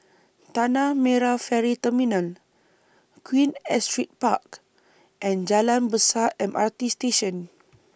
Tanah Merah Ferry Terminal Queen Astrid Park and Jalan Besar M R T Station